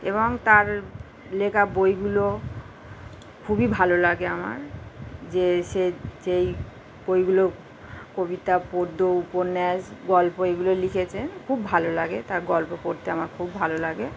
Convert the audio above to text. এবং তার লেখা বইগুলো খুবই ভালো লাগে আমার যে সে যেই বইগুলো কবিতা পদ্য উপন্যাস গল্প এগুলো লিখেছেন খুব ভালো লাগে তার গল্প পড়তে আমার খুব ভালো লাগে